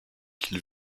qu’il